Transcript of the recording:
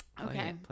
okay